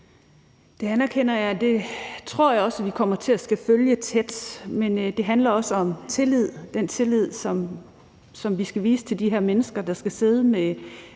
Det anerkender jeg, og det tror jeg også vi kommer til at skulle følge tæt, men det handler også om tillid, den tillid, som vi skal vise de her mennesker, der skal sidde med